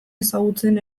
ezagutzen